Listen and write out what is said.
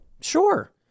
Sure